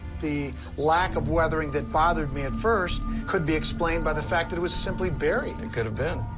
the lack of weathering that bothered me at first could be explained by the fact that it was simply buried. it could have been.